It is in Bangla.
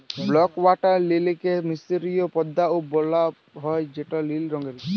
ব্লউ ওয়াটার লিলিকে মিসরীয় পদ্দা ও বলা হ্যয় যেটা লিল রঙের